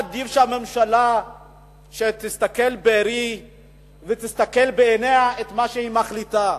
עדיף שהממשלה תסתכל בראי ותסתכל בעיניה על מה שהיא מחליטה.